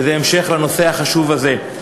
וזה המשך לנושא החשוב הזה.